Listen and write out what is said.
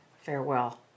farewell